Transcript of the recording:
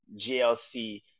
GLC